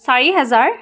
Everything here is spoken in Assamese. চাৰি হাজাৰ